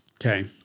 Okay